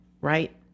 right